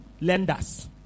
lenders